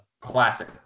Classic